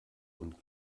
und